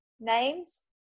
names